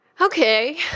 Okay